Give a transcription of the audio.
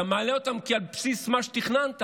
אתה מעלה אותם על בסיס מה שתכננת.